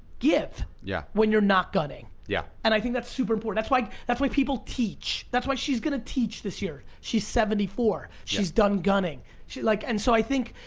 give yeah. when you're not gunning. yeah. and i think that's super important. like that's why people teach. that's why she's gonna teach this year. she's seventy four, she's done gunning. like and so i think,